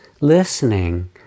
listening